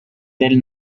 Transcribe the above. del